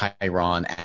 Chiron